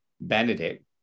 Benedict